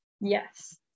yes